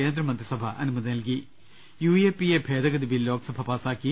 കേന്ദ്രമന്ത്രിസഭ അനുമതി നൽകി യു എ പി എ ഭേദഗതി ബിൽ ലോക്സഭ പാസ്സാക്കി